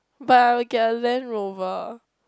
but I'll get a Landrover